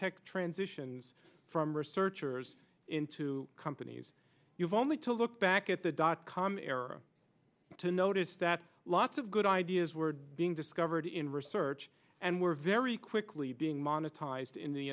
tech transitions from researchers into companies you've only to look back at the dot com era to notice that lots of good ideas were being discovered in research and were very quickly being monetized in the in